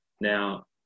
now